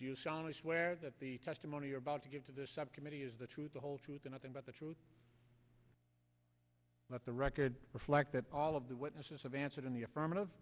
swear that the testimony about to get to this subcommittee is the truth the whole truth and nothing but the truth let the record reflect that all of the witnesses have answered in the affirmative